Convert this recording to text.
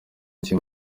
cy’uyu